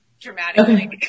dramatically